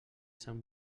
sant